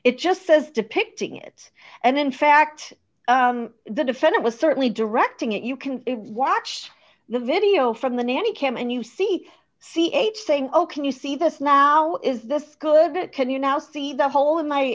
it just says depicting it and in fact the defendant was certainly directing it you can watch the video from the nanny cam and you see c h saying oh can you see this now is this good bit can you now see the hole